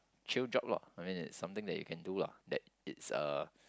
chill drop lock I mean it's something that you can do lah that it's a